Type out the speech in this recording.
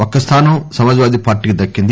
ఒక్క స్థానం సమాజ్ వాదీ పార్టీకి దక్కింది